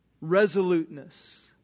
resoluteness